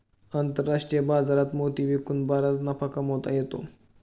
आंतरराष्ट्रीय बाजारात मोती विकून बराच नफा कमावता येतो